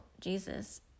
jesus